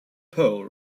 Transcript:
pole